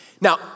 Now